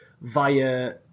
via